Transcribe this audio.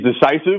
decisive